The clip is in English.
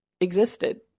existed